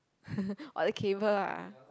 orh the cable ah